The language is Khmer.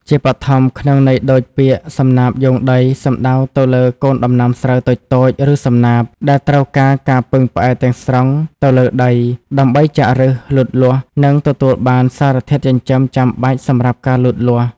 ជាបឋម ក្នុងន័យដូចពាក្យ សំណាបយោងដី សំដៅទៅលើកូនដំណាំស្រូវតូចៗ ឬសំណាប ដែលត្រូវការការពឹងផ្អែកទាំងស្រុងទៅលើដី ដើម្បីចាក់ឬស លូតលាស់ និងទទួលបានសារធាតុចិញ្ចឹមចាំបាច់សម្រាប់ការលូតលាស់។